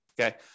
Okay